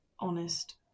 Honest